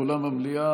באולם המליאה,